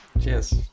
cheers